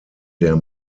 der